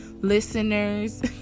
listeners